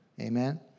Amen